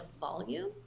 volume